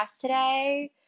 today